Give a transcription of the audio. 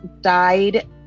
died